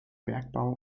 bergbau